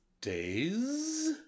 Days